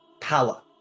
power